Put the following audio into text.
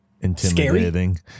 intimidating